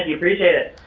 yeah appreciate it.